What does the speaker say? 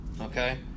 Okay